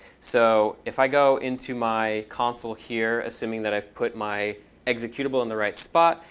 so if i go into my console here, assuming that i've put my executable in the right spot,